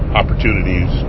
opportunities